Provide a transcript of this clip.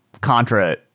contra